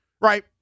right